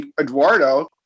Eduardo